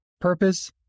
Purpose